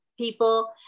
people